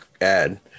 ad